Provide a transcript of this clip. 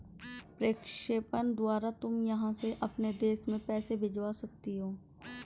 प्रेषण द्वारा तुम यहाँ से अपने देश में पैसे भिजवा सकती हो